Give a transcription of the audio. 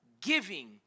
giving